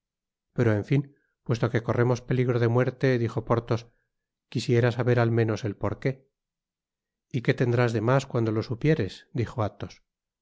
pero en fin puesto que corremos peligro de muerte dijo porthos quisiera saber al menos el porqué y que tendrás de mas cuando lo supieres dijo athos